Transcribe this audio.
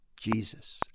Jesus